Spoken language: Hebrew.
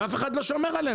ואף אחד לא שומר עלינו.